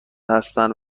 هستند